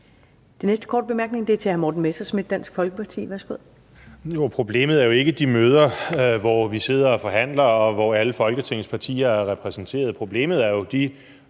Den næste korte bemærkning er til hr. Morten Messerschmidt, Dansk Folkeparti. Værsgo. Kl. 16:27 Morten Messerschmidt (DF): Problemet er jo ikke de møder, hvor vi sidder og forhandler, og hvor alle Folketingets partier er repræsenteret. Problemet er jo de